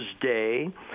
Day